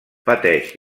pateix